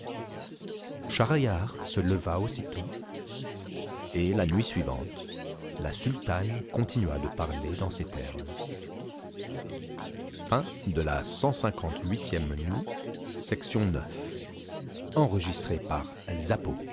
schahriar se leva aussitôt et la nuit suivante la sultane continua de parler dans ces termes t